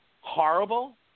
horrible